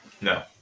No